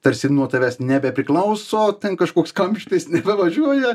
tarsi nuo tavęs nebepriklauso ten kažkoks kamštis nebevažiuoja